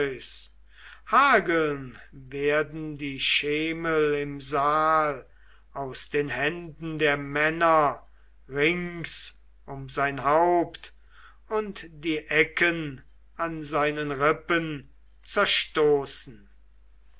hageln werden die schemel im saal aus den händen der männer rings um sein haupt und die ecken an seinen rippen zerstoßen